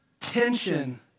tension